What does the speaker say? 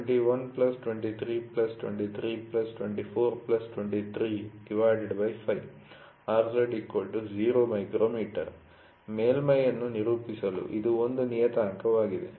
Rz2224222521 21232324235 Rz0 µm ಮೇಲ್ಮೈ ಅನ್ನು ನಿರೂಪಿಸಲು ಇದು 1 ನಿಯತಾಂಕವಾಗಿದೆ